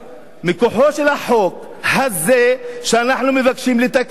מכוחו של החוק הזה, שאנחנו מבקשים לתקן אותו.